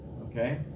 okay